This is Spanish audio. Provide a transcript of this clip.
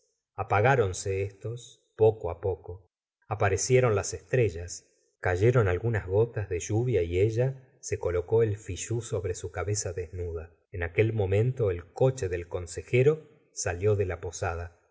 apagronse estos poco poco aparecieron las estrellas cayeron algunas gotas de lluvia y ella se colocó el fichii sobre su cabeza desnuda en aquel momento el coche del consejero salió de la posada